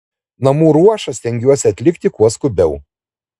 namų ruošą stengiuosi atlikti kuo skubiau